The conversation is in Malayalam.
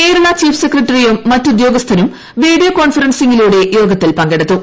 കേരള ചീഫ് സെക്രട്ടറിയും മറ്റ് ഉദ്യോഗസ്ഥരും വീഡിയോ കോൺഫറൻസിങിലൂടെ യോഗത്തിൽ പങ്കെടുത്തു